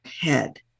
head